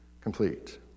complete